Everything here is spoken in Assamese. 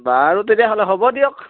বাৰু তেতিয়াহ'লে হ'ব দিয়ক